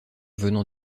venant